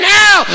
now